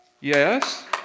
Yes